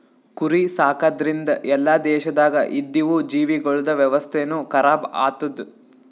ಕುರಿ ಸಾಕದ್ರಿಂದ್ ಎಲ್ಲಾ ದೇಶದಾಗ್ ಇದ್ದಿವು ಜೀವಿಗೊಳ್ದ ವ್ಯವಸ್ಥೆನು ಖರಾಬ್ ಆತ್ತುದ್